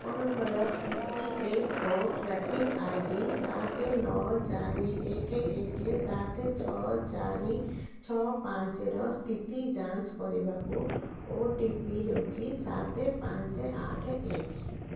ଆପଣଙ୍କର E P F O tracking I D ସାତ ନଅ ଚାରି ଏକ ଏକ ସାତ ଛଅ ଚାରି ଛଅ ପାଞ୍ଚର ସ୍ଥିତି ଯାଞ୍ଚ କରିବାକୁ ଓ ଟି ପି ହେଉଛି ସାତ ପାଞ୍ଚ ଆଠ ଏକ